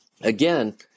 again